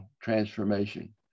transformation